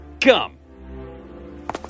come